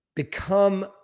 become